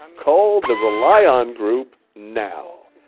and call the rely on group, now.